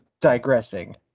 digressing